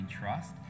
trust